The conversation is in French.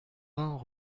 vingt